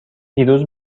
دیروز